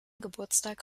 geburtstag